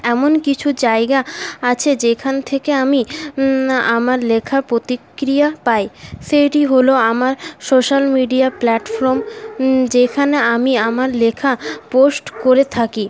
এমন কিছু জায়গা আছে যেখান থেকে আমি আমার লেখার প্রতিক্রিয়া পাই সেটি হল আমার সোশাল মিডিয়া প্ল্যাটফ্রম যেখানে আমি আমার লেখা পোস্ট করে থাকি